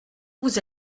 vous